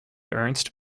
ernst